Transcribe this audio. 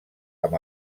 amb